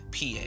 PA